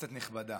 כנסת נכבדה,